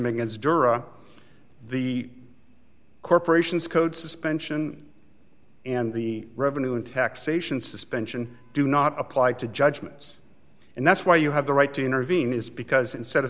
against dura the corporations code suspension and the revenue in taxation suspension do not apply to judgments and that's why you have the right to intervene is because instead of